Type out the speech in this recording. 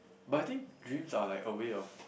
but I think dreams are like a way of